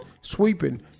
sweeping